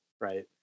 right